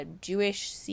jewish